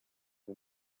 the